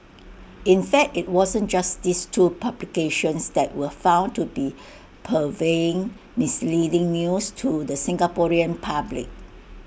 in fact IT wasn't just these two publications that were found to be purveying misleading news to the Singaporean public